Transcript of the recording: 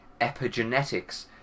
epigenetics